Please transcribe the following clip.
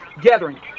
gathering